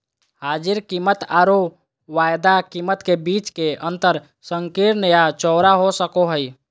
हाजिर कीमतआरो वायदा कीमत के बीच के अंतर संकीर्ण या चौड़ा हो सको हइ